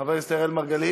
חבר הכנסת אראל מרגלית,